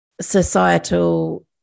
societal